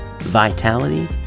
vitality